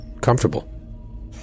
comfortable